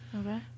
Okay